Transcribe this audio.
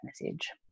message